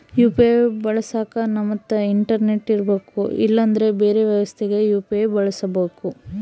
UPI ಬಳಸಕ ನಮ್ತಕ internet ಇರರ್ಬೆಕು ಇಲ್ಲಂದ್ರ ಬೆರೆ ವ್ಯವಸ್ಥೆಗ ಯು.ಪಿ.ಐ ಬಳಸಬಕು